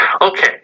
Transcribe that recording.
Okay